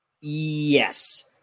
Yes